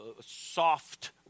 soft